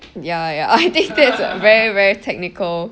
ya ya I think that's a very very technical